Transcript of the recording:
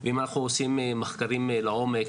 ואם אנחנו עושים מחקרים לעומק,